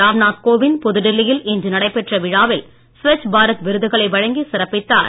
ராம்நாத் கோவிந்த் புதுடில்லி யில் இன்று நடைபெற்ற விழாவில் ஸ்வச் பாரத் விருதுகளை வழங்கிச் சிறப்பித்தார்